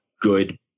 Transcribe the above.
good